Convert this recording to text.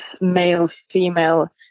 male-female